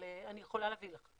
אני יכולה להביא לך.